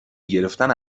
گرفتن